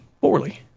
poorly